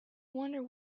wonder